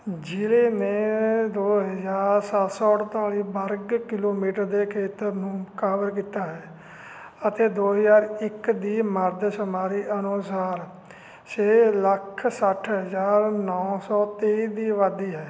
ਜ਼ਿਲ੍ਹੇ ਨੇ ਦੋ ਹਜ਼ਾਰ ਸੱਤ ਸੌ ਅਠਤਾਲੀ ਵਰਗ ਕਿਲੋਮੀਟਰ ਦੇ ਖੇਤਰ ਨੂੰ ਕਵਰ ਕੀਤਾ ਹੈ ਅਤੇ ਦੋ ਹਜ਼ਾਰ ਇੱਕ ਦੀ ਮਰਦਮਸ਼ੁਮਾਰੀ ਅਨੁਸਾਰ ਛੇ ਲੱਖ ਸੱਠ ਹਜ਼ਾਰ ਨੌਂ ਸੌ ਤੇਈ ਦੀ ਆਬਾਦੀ ਹੈ